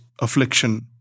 affliction